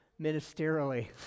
ministerially